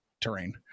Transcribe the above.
terrain